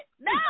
No